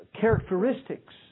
characteristics